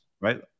Right